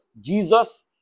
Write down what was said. Jesus